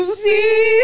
see